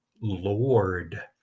Lord